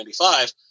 1995